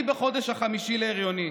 אני בחודש החמישי להריוני,